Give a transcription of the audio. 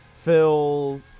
Phil